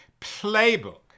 Playbook